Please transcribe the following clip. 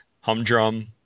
Humdrum